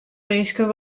minsken